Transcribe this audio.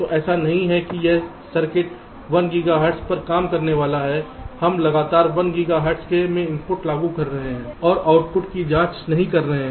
तो ऐसा नहीं है कि यह सर्किट 1 गीगाहर्ट्ज़ पर काम करने वाला है हम लगातार 1 गीगाहर्ट्ज़ में इनपुट लागू कर रहे हैं और आउटपुट की जाँच नहीं कर रहे हैं